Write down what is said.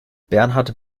bernhard